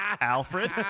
Alfred